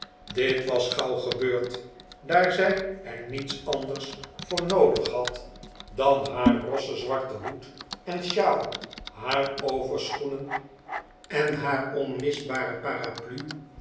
dit was gauw gebeurd daar zij er niets anders voor noodig had dan haar rossen zwarten hoed en shawl haar overschoenen en haar onmisbare paraplu